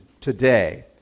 today